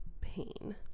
pain